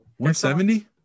170